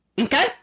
Okay